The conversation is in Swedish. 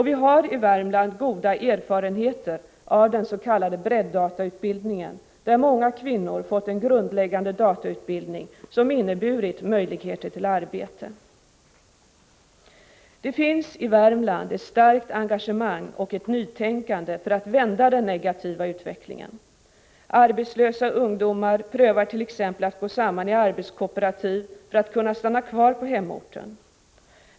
Vi har i Värmland goda erfarenheter av den s.k. breddatautbildningen, där många kvinnor fått en grundläggande datautbildning, som inneburit möjligheter till arbete. Det finns i Värmland ett starkt engagemang och ett nytänkande för att vända den negativa utvecklingen. Arbetslösa ungdomar prövar t.ex. att gå samman i arbetskooperativ för att kunna stanna kvar på hemorten.